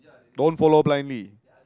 don't follow blindly